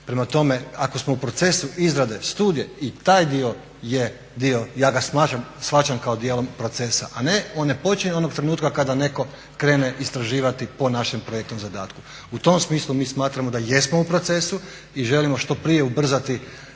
Prema tome, ako smo u procesu izrade studije i taj dio je dio, ja ga shvaćam kao dijelom procesa. A ne, on ne počinje onog trenutka kada netko krene istraživati po našem projektnom zadatku. U tom smislu mi smatramo da jesmo u procesu i želimo što prije ubrzati